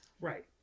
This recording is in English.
right